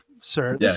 sir